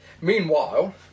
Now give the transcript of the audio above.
Meanwhile